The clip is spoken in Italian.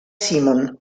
simon